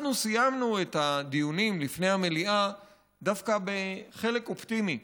אנחנו סיימנו את הדיונים לפני המליאה דווקא בחלק אופטימי.